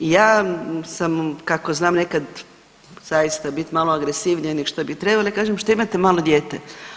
I ja sam kako znam nekad zaista biti malo agresivnija nego što bi trebalo, ja kažem šta imate malo dijete.